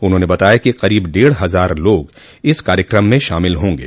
उन्होंने बताया कि करीब डेढ़ हजार लोग इस कार्यक्रम में शामिल होंगे